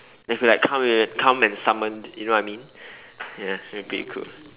they will be like come and come and summon you know what I mean ya that's pretty cool